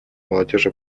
молодежи